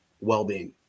well-being